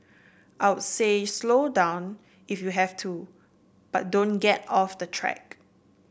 I'd say slow down if you have to but don't get off the track